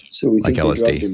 so like lsd